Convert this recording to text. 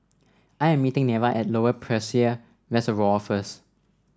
I am meeting Neva at Lower Peirce Reservoir first